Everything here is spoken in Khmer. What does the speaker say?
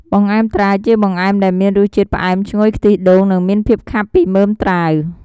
បង្អែមត្រាវ ជាបង្អែមដែលមានរសជាតិផ្អែមឈ្ងុយខ្ទិះដូង និងមានភាពខាប់ពីមើមត្រាវ។